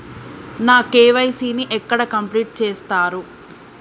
నా కే.వై.సీ ని ఎక్కడ కంప్లీట్ చేస్తరు?